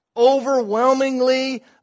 overwhelmingly